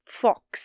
fox